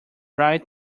right